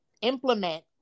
implement